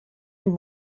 энэ